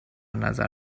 نظر